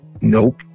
Nope